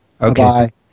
okay